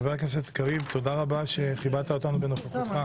חבר הכנסת קריב, תודה רבה שכיבדת אותנו בנוכחותך.